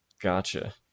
Gotcha